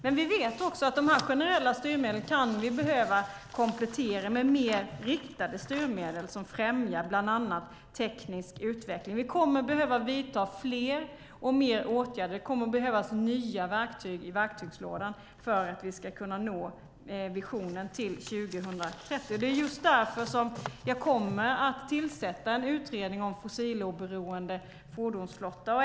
Men vi vet också att de generella styrmedlen kan vi behöva komplettera med mer riktade styrmedel som främjar bland annat teknisk utveckling. Vi kommer att behöva vidta fler åtgärder. Det kommer att behövas nya verktyg i verktygslådan för att vi ska kunna nå visionen till 2030. Det är just därför som jag kommer att tillsätta en utredning om fossiloberoende fordonsflotta.